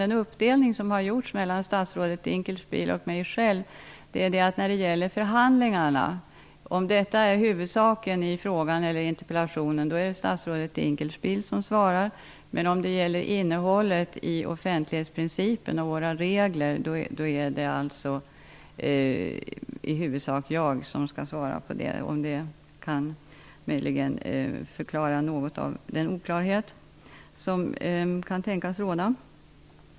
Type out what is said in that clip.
Den uppdelning som har gjorts mellan statsrådet Dinkelspiel och mig är att om förhandlingarna är huvudsaken i interpellationen eller frågan svarar statsrådet Dinkelspiel men om interpellationen eller frågan i huvudsak gäller innehållet i offentlighetsprincipen och våra regler är det jag som skall svara. Det kanske kan förklara den oklarhet som kan tänkas råda.